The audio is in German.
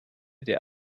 der